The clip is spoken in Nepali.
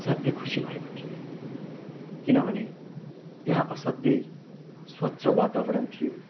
असाध्य खुसी भएको थिएँ किनभने त्यहाँ असाध्यै स्वच्छ वातावरण थियो